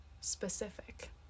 specific